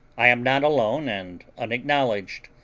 i am not alone and unacknowledged.